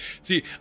see